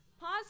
pause